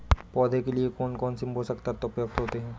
पौधे के लिए कौन कौन से पोषक तत्व उपयुक्त होते हैं?